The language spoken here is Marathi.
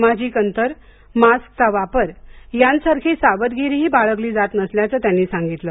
सामाजिक अंतर मास्कचा वापर यांसारखी सावधगिरीही बाळगली जात नसल्याचं त्यांनी सांगितली